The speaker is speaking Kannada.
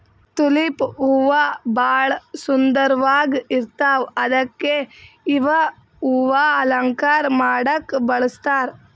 ತುಲಿಪ್ ಹೂವಾ ಭಾಳ್ ಸುಂದರ್ವಾಗ್ ಇರ್ತವ್ ಅದಕ್ಕೆ ಇವ್ ಹೂವಾ ಅಲಂಕಾರ್ ಮಾಡಕ್ಕ್ ಬಳಸ್ತಾರ್